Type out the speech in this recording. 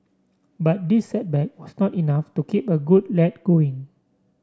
but this setback was not enough to keep a good lad going